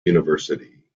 university